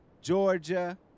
Georgia